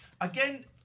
Again